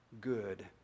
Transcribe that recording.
good